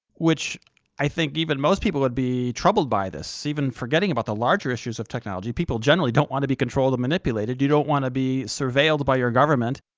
which i think even most people would be troubled by this, even forgetting about the larger issues of technology. people generally don't want to be controlled and manipulated. you don't want to be surveilled by your government,